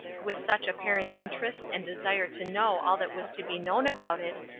with such apparent interest and desire to know all that was to be known about it,